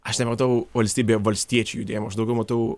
aš nematau valstybėje valstiečių judėjimo už daugiau matau